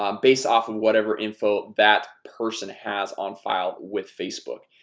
um based off of whatever info that person has on file with facebook.